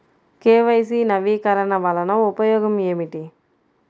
KYC నవీకరణ వలన ఉపయోగం ఏమిటీ?